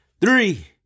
Three